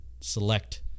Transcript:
select